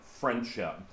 friendship